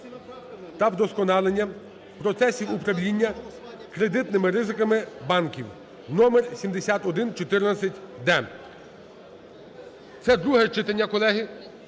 та вдосконалення процесів управління кредитними ризиками банків (№ 7114-д). Це друге читання, колеги,